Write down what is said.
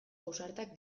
ausartak